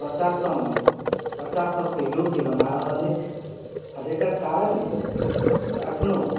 बच्चासभमे बच्चासभके योग्य बना रहल अछि आ जकर कारण अछि जे एखनहु